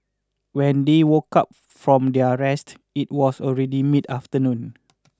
when they woke up from their rest it was already mid afternoon